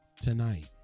tonight